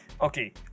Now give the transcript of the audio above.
Okay